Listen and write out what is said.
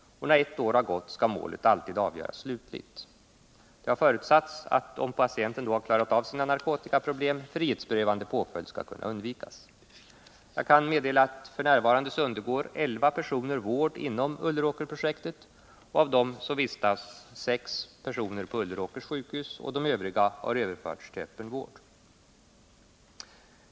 När ett år har gått skall målet alltid avgöras slutligt. Det har förutsatts att om patienten då har klarat av sina narkotikaproblem frihetsberövande påföljd skall kunna undvikas. Jag kan meddela att f. n. undergår elva personer vård inom Ulleråkerprojektet och av dem vistas sex personer på Ulleråkers sjukhus och de övriga har överförts till öppen vård.